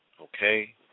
Okay